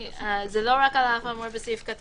ואם מדובר בעדות זה בהתאם להוראות סעיף 8